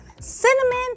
cinnamon